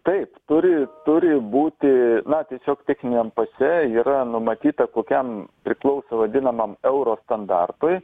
taip turi turi būti na tiesiog techniniam pase yra numatyta kokiam priklauso vadinamam euro standartui